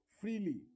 Freely